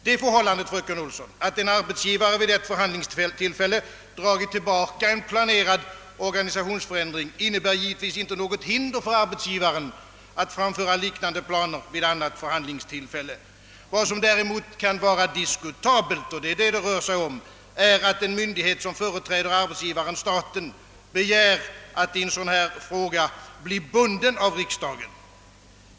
Det förhållandet, fröken Olsson, att en arbetsgivare vid ett förhandlingstillfälle dragit tillbaka en planerad organisationsförändring innebär givetvis inte något hinder för arbetsgivaren att framföra liknande planer vid ett annat förhandlingstillfälle. Vad som däremot kan vara diskutabelt — och det är detta saken här rör sig om — är att en myndighet som företräder arbetsgivaren— staten begär att i en sådan fråga bli bunden av riksdagen.